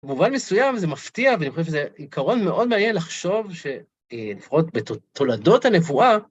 במובן מסוים זה מפתיע, ואני חושב שזה עיקרון מאוד מעניין לחשוב שלפחות בתולדות הנבואה.